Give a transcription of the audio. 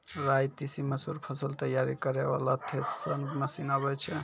राई तीसी मसूर फसल तैयारी करै वाला थेसर मसीन आबै छै?